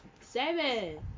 Seven